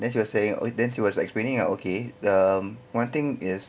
then she was saying oh then she was expecting okay um one thing is